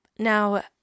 Now